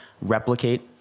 replicate